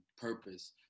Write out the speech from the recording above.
purpose